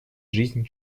жизнь